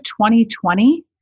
2020